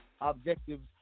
objectives